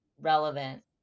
relevant